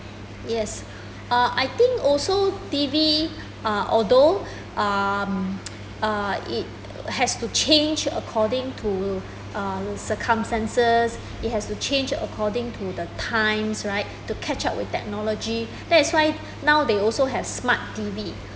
yes uh I think also T_V uh although um uh it has to change according to uh circumstances it has to change according to the times right to catch up with technology that is why now they also have smart T_V